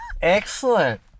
Excellent